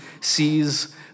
sees